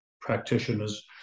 practitioners